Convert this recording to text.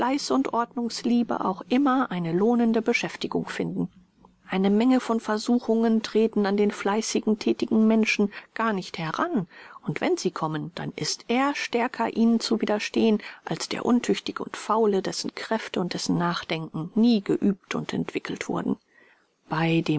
und ordnungsliebe auch immer eine lohnende beschäftigung finden eine menge von versuchungen treten an den fleißigen thätigen menschen gar nicht heran und wenn sie kommen dann ist er stärker ihnen zu widerstehen als der untüchtige und faule dessen kräfte und dessen nachdenken nie geübt und entwickelt wurden bei